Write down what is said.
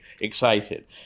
excited